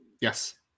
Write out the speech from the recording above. yes